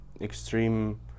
extreme